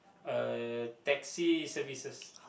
a taxi services